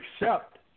accept